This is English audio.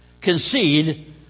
Concede